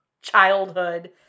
childhood